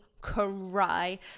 cry